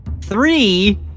Three